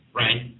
right